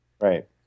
right